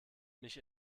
mich